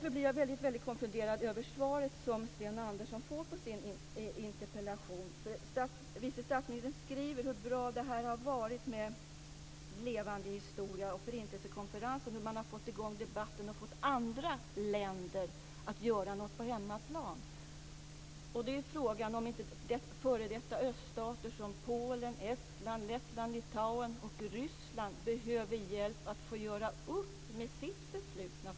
Jag blir därför väldigt konfunderad av det svar Sten Andersson får på sin interpellation. Vice statsministern skriver hur bra det varit med Levande historia och Förintelsekonferensen, hur man har fått i gång debatten och fått andra länder att göra någonting på hemmaplan. Frågan är om inte f.d. öststater som Polen, Estland, Lettland, Litauen och Ryssland behöver hjälp att göra upp med sitt förflutna.